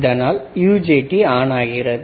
இதனால் UJT on ஆகிறது